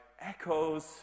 echoes